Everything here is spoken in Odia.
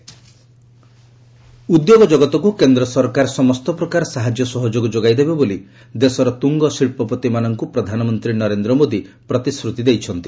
ପିଏମ୍ କିଲୋସ୍କର ଉଦ୍ୟୋଗ ଜଗତକୁ କେନ୍ଦ୍ର ସରକାର ସମସ୍ତ ପ୍ରକାର ସାହାଯ୍ୟ ସହଯୋଗ ଯୋଗାଇ ଦେବେ ବୋଲି ଦେଶର ତୁଙ୍ଗ ଶିଳ୍ପପତିମାନଙ୍କୁ ପ୍ରଧାନମନ୍ତ୍ରୀ ନରେନ୍ଦ୍ର ମୋଦୀ ପ୍ରତିଶ୍ରତି ଦେଇଛନ୍ତି